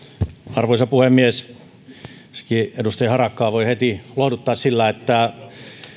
arvoisa puhemies ensinnäkin edustaja harakkaa voi heti lohduttaa sillä että